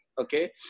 Okay